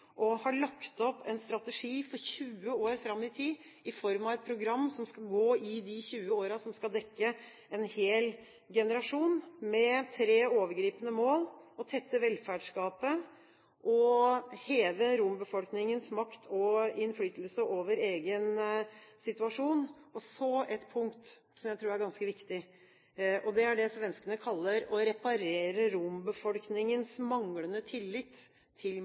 opp en strategi for 20 år fram i tid i form av et program som skal gå i de 20 årene, og som skal dekke en hel generasjon med tre overgripende mål: å tette velferdsgapet, heve rombefolkningens makt og innflytelse over egen situasjon, og så et punkt jeg tror er ganske viktig: det svenskene kaller å reparere rombefolkningens manglende tillit til